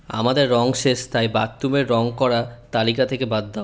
আমাদের রং শেষ তাই বাথরুমের রঙ করা তালিকা থেকে বাদ দাও